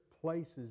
places